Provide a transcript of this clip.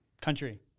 Country